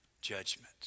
judgment